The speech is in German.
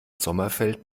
sommerfeld